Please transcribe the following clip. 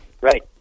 Right